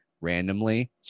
randomly